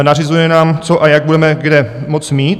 Nařizuje nám, co a jak budeme kde moct mít.